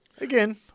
again